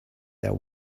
there